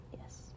yes